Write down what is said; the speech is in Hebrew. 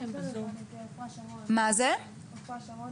בזום עופרה שרון